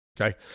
okay